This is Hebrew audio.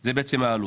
זה בעצם העלות.